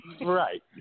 right